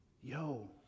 yo